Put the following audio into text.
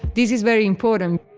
this is very important.